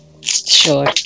Sure